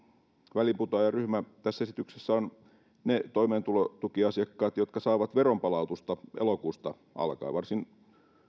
väliinputoajaryhmä tässä esityksessä ovat ne toimeentulotukiasiakkaat jotka saavat veronpalautusta elokuusta alkaen varsin